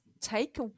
take